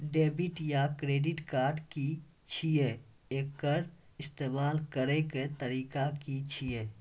Debit या credit card की छियै? एकर इस्तेमाल करैक तरीका की छियै?